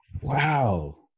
Wow